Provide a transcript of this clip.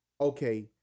okay